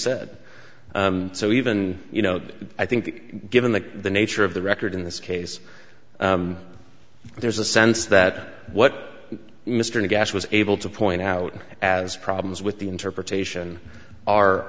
said so even you know i think given the nature of the record in this case there's a sense that what mr gast was able to point out as problems with the interpretation are